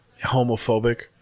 homophobic